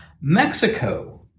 Mexico